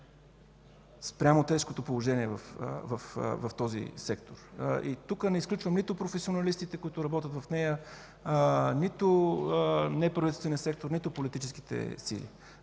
за тежкото положение в този сектор. Тук не изключвам нито професионалистите, които работят в нея, нито неправителствения сектор, нито политическите сили.